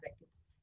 records